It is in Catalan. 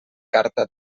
carta